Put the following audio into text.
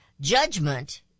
Judgment